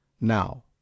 now